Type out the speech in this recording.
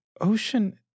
Ocean